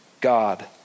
God